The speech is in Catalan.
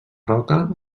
roca